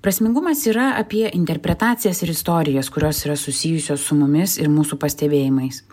prasmingumas yra apie interpretacijas ir istorijas kurios yra susijusios su mumis ir mūsų pastebėjimais